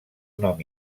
nom